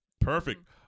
Perfect